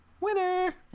winner